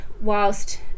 whilst